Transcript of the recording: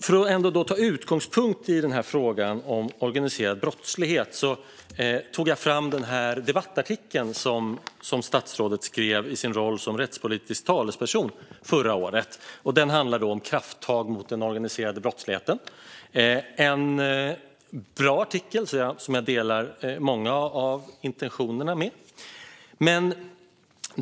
För att ta frågan om organiserad brottslighet som utgångspunkt har jag tagit fram en debattartikel som statsrådet skrev förra året i sin dåvarande roll som rättspolitisk talesperson. Den handlar om att ta krafttag mot den organiserade brottsligheten. Det är en bra artikel som jag delar många av intentionerna med.